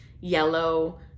yellow